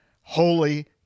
Holy